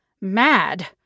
Mad